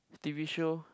T_V show